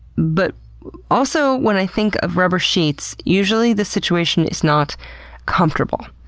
but also, when i think of rubber sheets, usually the situation is not comfortable.